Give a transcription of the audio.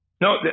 No